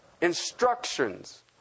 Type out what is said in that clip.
instructions